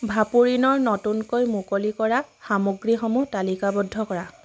ভাপোৰিনৰ নতুনকৈ মুকলি কৰা সামগ্ৰীসমূহ তালিকাবদ্ধ কৰা